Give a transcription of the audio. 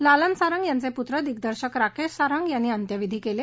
लालन सारंग यांचे पुत्र दिगदर्शक राकेश सारंग यांनी अंत्यविधी केले